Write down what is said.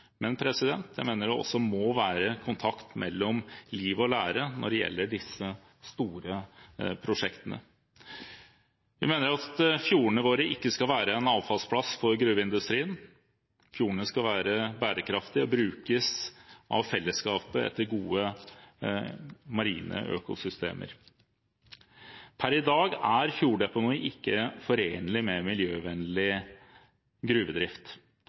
Men jeg mener det også må være kontakt mellom liv og lære når det gjelder disse store prosjektene. Vi mener at fjordene våre ikke skal være en avfallsplass for gruveindustrien. Fjordene skal være bærekraftige og brukes av fellesskapet – etter gode marine økosystemer. Per i dag er fjorddeponi ikke forenlig med miljøvennlig gruvedrift.